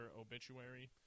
obituary